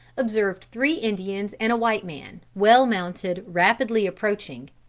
observed three indians and a white man, well mounted, rapidly approaching.